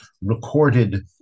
recorded